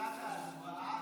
בתחילת ההצבעה: